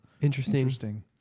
Interesting